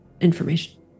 information